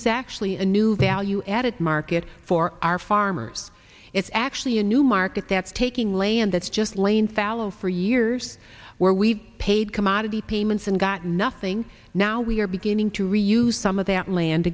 is actually a new value added market for our farmers it's actually a new market that's taking land that's just laying fallow for years where we've paid commodity payments and got nothing now we're beginning to reuse some of that land